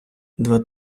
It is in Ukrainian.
два